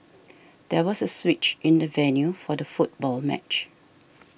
there was a switch in the venue for the football match